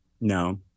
No